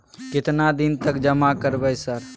केतना दिन तक जमा करबै सर?